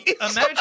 Imagine